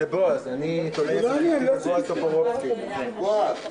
אני חושב שצריך לצמצם את זה ל-48 או אפילו ל-24 שעות.